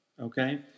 Okay